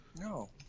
No